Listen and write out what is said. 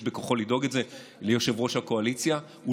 יש בכוחו של יושב-ראש הקואליציה לדאוג לזה,